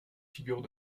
figures